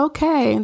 Okay